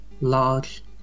large